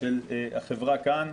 של החברה כאן.